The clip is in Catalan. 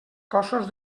cossos